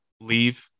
leave